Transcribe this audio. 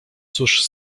cóż